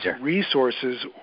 resources